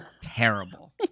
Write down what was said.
terrible